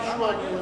אני אוסיף לך.